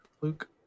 Luke